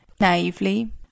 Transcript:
Naively